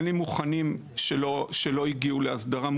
אין לי מוכנים שלא הגיעו לאסדרה,